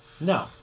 No